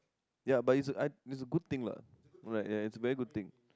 ya but it's I it's a good thing lah right it's a very good thing